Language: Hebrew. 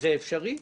זה אפשרי?